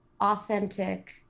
authentic